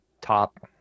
top